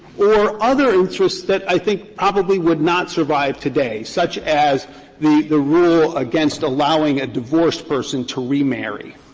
or other interests that i think probably would not survive today, such as the the rule against allowing a divorced person to remarry.